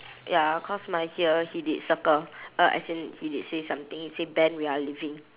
ya cause my here he did circle uh as in he did say something he say ben we are leaving